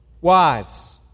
Wives